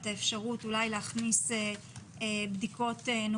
אבל עושים בדיקות PCR לילדים.